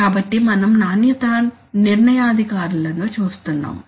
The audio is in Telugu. కాబట్టి మనం నాణ్యతా నిర్ణయాధికారులను చూస్తున్నాము